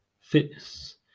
fitness